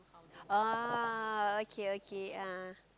oh okay okay ah